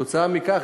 כתוצאה מכך,